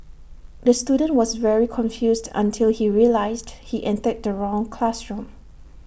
the student was very confused until he realised he entered the wrong classroom